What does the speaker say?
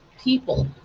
people